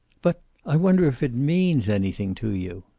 but i wonder if it means anything to you?